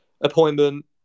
appointment